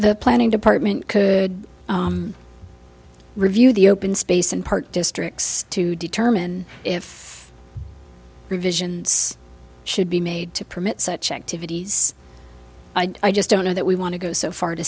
the planning department could review the open space and park districts to determine if provisions should be made to permit such activities i just don't know that we want to go so far to